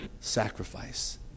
sacrifice